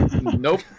Nope